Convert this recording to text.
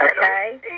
okay